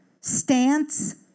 stance